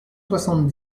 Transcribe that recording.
soixante